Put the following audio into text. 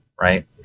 Right